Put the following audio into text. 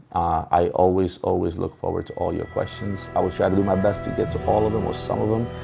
i always, always look forward to all your questions. i will try to do my best to get to all of them or some of them.